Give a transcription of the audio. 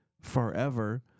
forever